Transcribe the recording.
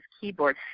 keyboard